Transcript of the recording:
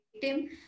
victim